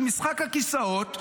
משחק הכיסאות,